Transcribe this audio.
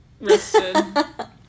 rested